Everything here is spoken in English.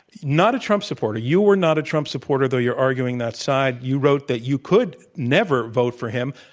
not a trump supporter. you were not a trump a supporter, though you're arguing that side, you wrote that you could never vote for him,